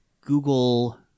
Google